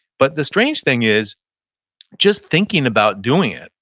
but the strange thing is just thinking about doing it.